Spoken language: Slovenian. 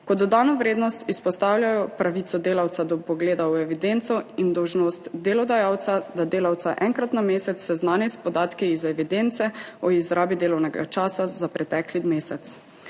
Kot dodano vrednost izpostavljajo pravico delavca do vpogleda v evidenco in dolžnost delodajalca, da delavca enkrat na mesec seznani s podatki iz evidence o izrabi delovnega časa za pretekli mesec.